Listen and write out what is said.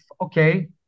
okay